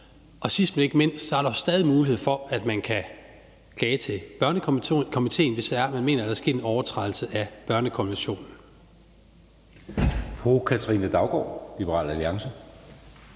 Og sidst, men ikke mindst, er der jo stadig en mulighed for, at man kan klage til Børnekomitéen, hvis det er sådan, at man mener, at der er sket en overtrædelse af børnekonventionen.